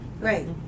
Right